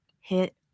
hit